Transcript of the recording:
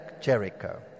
Jericho